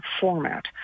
format